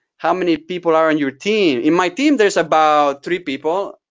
how many people are on your team? in my team, there's about three people.